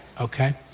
Okay